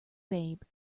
babe